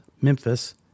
Memphis